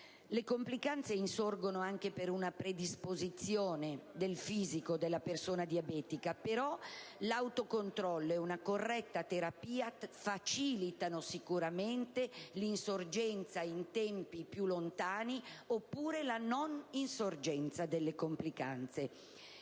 Le complicanze insorgono anche per una predisposizione del fisico della persona diabetica. Però, l'autocontrollo ed una corretta terapia facilitano sicuramente l'insorgenza in tempi più lontani oppure la non insorgenza delle complicanze.